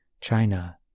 China